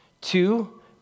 Two